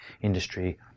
industry